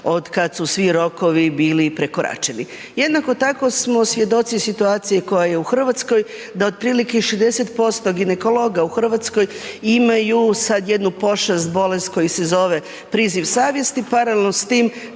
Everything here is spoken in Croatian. od kad su svi rokovi bili prekoračeni. Jednako tako smo svjedoci situacije koja je u Hrvatskoj, da otprilike 60% ginekologa u Hrvatskoj imaju, sad jednu pošast, bolest koji se zove priziv savjesti, paralelno s tim,